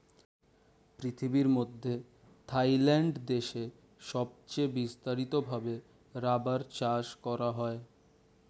পৃথিবীর মধ্যে থাইল্যান্ড দেশে সবচে বিস্তারিত ভাবে রাবার চাষ করা হয়